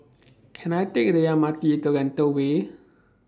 Can I Take The M R T to Lentor Way